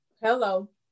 Hello